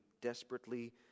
desperately